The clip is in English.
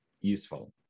useful